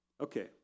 Okay